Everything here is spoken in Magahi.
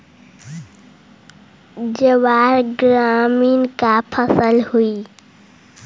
ज्वार ग्रैमीनी का फसल हई